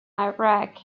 iraq